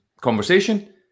conversation